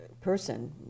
person